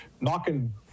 knocking